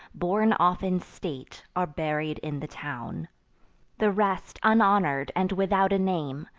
borne off in state, are buried in the town the rest, unhonor'd, and without a name,